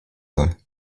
soll